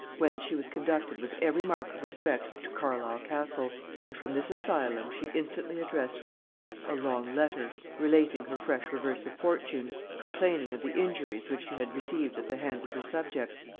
whence she was conducted with every mark of respect to carlisle-castle and from this asylum she instantly addressed to elizabeth a long letter, relating her fresh reverse of fortune, complaining of the injuries which she had received at the hands of her subjects,